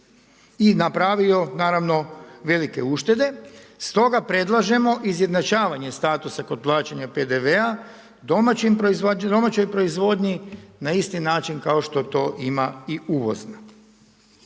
i napravio naravno velike uštede. Stoga predlažemo izjednačavanje statusa kod plaćanja PDV-a domaćim proizvođačima, domaćoj proizvodnji na isti način kao što to ima i uvozna.